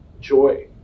joy